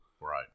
Right